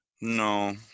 No